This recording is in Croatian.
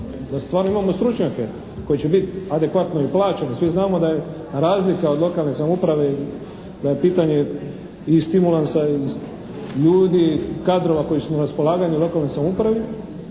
Da stvarno imamo stručnjake koji će biti adekvatno i plaćeni. Svi znamo da je razlika od lokalne samouprave, da je pitanje i stimulansa i ljudi, kadrova koji su na raspolaganju u lokalnoj samoupravi.